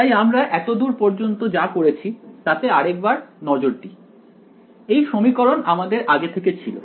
তাই আমরা এত দূর পর্যন্ত যা করেছি তাতে আরেকবার নজর দিই এই সমীকরণ আমাদের আগে থেকে ছিল